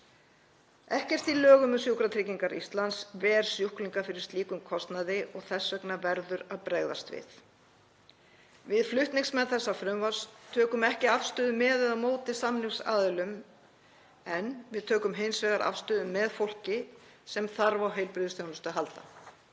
Ekkert í lögum um Sjúkratryggingar Íslands ver sjúklinga fyrir slíkum kostnaði og þess vegna verður að bregðast við. Við flutningsmenn þessa frumvarps tökum ekki afstöðu með eða á móti samningsaðilum en við tökum hins vegar afstöðu með fólki sem þarf á heilbrigðisþjónustu að halda.